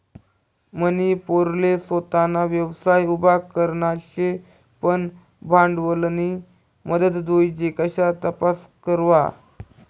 मनी पोरले सोताना व्यवसाय उभा करना शे पन भांडवलनी मदत जोइजे कशा तपास करवा?